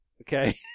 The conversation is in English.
Okay